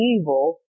evil